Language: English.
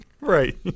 Right